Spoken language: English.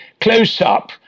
close-up